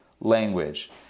language